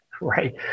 right